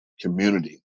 community